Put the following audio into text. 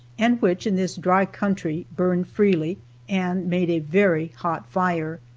and which in this dry country, burned freely and made a very hot fire.